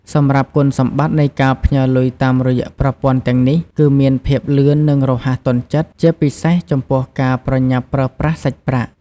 សម្រាប់គុណសម្បត្តិនៃការផ្ញើរលុយតាមរយៈប្រព័ន្ធទាំងនេះ គឺមានភាពលឿននិងរហ័សទាន់ចិត្ត ជាពិសេសចំពោះការប្រញាប់ប្រើប្រាស់សាច់ប្រាក់។